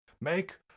Make